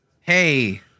hey